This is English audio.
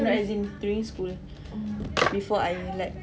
no as in during school before I like